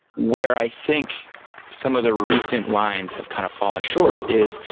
where i think some of the recent lines have kind of fallen short is,